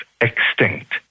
extinct